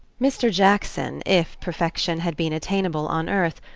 mr. jackson, if perfection had been attainable on earth,